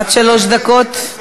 עד שלוש דקות.